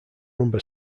rumba